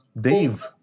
Dave